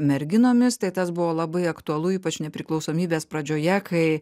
merginomis tai tas buvo labai aktualu ypač nepriklausomybės pradžioje kai